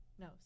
no